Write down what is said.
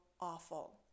awful